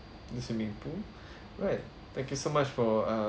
the swimming pool alright thank you so much for err